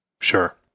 Sure